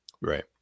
right